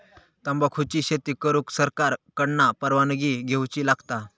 तंबाखुची शेती करुक सरकार कडना परवानगी घेवची लागता